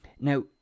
now